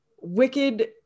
wicked